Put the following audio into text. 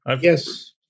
Yes